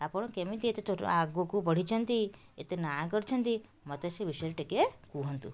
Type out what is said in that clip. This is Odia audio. ଆପଣ କେମିତି ଏତେ ଆଗକୁ ବଢ଼ିଛନ୍ତି ଏତେ ନାଁ କରିଛନ୍ତି ମୋତେ ସେ ବିଷୟରେ ଟିକିଏ କୁହନ୍ତୁ